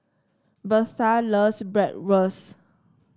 Birtha loves Bratwurst